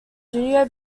studio